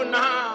now